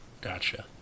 Gotcha